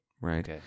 right